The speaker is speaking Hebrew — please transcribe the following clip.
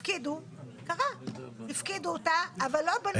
הפקידו אותה אבל לא בנו.